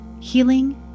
Healing